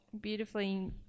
beautifully